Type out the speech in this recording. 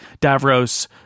Davros